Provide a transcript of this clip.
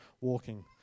walking